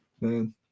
Man